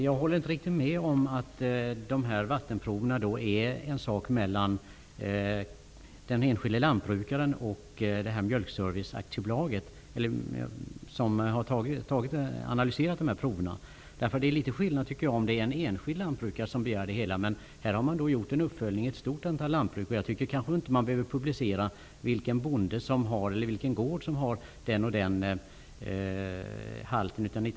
Fru talman! Jag håller inte med om att vattenproverna är en sak mellan den enskilde lantbrukaren och Mjölkbedömningens Service AB, som analyserat dessa prover. Det är väl litet skillnad om det skulle ha varit en enskild lantbrukare som begärt en sådan här undersökning för sin del. Men här har det gjorts en uppföljning i ett stort antal lantbruk. Det är inte heller nödvändigt att publicera vilken gård som har viss halt av nitrit och nitrat.